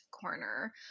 corner